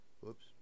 Whoops